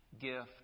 gift